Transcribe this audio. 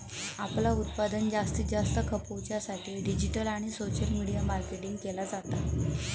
आपला उत्पादन जास्तीत जास्त खपवच्या साठी डिजिटल आणि सोशल मीडिया मार्केटिंग केला जाता